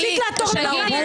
אבל רצית לעתור לבג"ץ